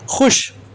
خوش